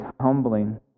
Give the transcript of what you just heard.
humbling